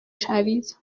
شوید